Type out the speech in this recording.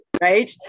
Right